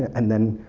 and then,